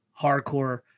hardcore